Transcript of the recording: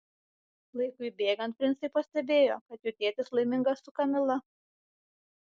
laikui bėgant princai pastebėjo kad jų tėtis laimingas su kamila